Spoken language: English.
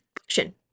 action